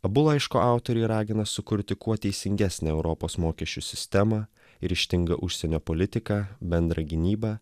abu laiško autoriai ragina sukurti kuo teisingesnę europos mokesčių sistemą ir ryžtingą užsienio politiką bendrą gynybą